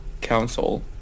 council